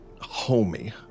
homey